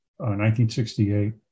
1968